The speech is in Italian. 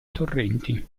torrenti